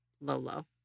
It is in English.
Lolo